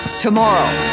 tomorrow